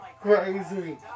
Crazy